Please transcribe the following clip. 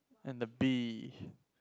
and the beef